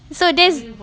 so there's